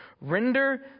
Render